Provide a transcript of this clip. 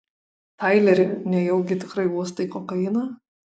taileri nejaugi tikrai uostai kokainą